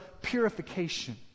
purification